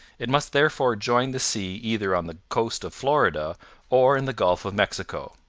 it must therefore join the sea either on the coast of florida or in the gulf of mexico.